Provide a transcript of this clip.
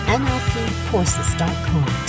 nlpcourses.com